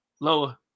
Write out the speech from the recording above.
lower